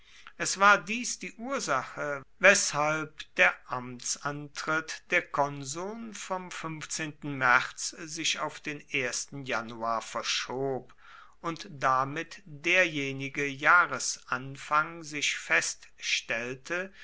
es war dies die ursache weshalb der amtsantritt der konsuln vom märz sich auf den januar verschob und damit derjenige jahresanfang sich feststellte